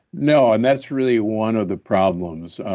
no, and that's really one of the problems.